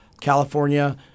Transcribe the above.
california